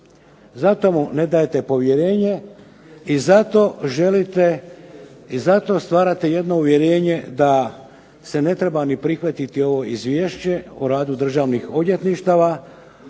Zato mu ne dajete povjerenje i zato želite i zato stvarate jedno uvjerenje da se ne treba ni prihvatiti ovo Izvješće o radu državnih odvjetništava